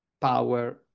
power